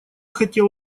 хотел